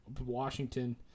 Washington